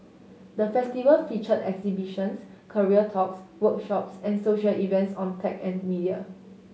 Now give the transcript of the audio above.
the Festival featured exhibitions career talks workshops and social events on tech and media